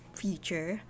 future